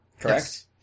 Correct